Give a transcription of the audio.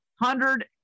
hundred